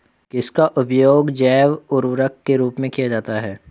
किसका उपयोग जैव उर्वरक के रूप में किया जाता है?